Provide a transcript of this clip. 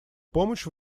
помощь